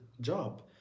job